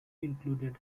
included